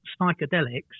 psychedelics